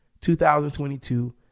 2022